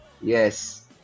Yes